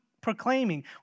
proclaiming